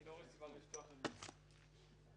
אני לא מבין יש כאן את מה שכתוב פה בסעיף 31 לחוק.